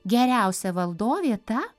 geriausia valdovė ta